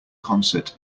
concert